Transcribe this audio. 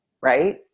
right